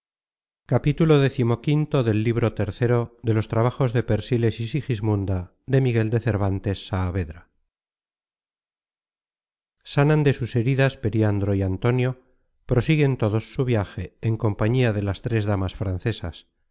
sanan de sus heridas periandro y antonio prosiguen todos su viaje en compañía de las tres damas francesas